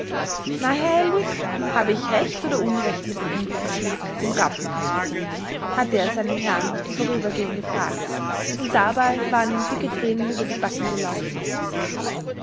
na herr hellwig habe ich recht oder unrecht mit dem unglücksvieh dem rappen hatte er seinen herrn im vorübergehen gefragt und dabei waren ihm dicke thränen über die backen gelaufen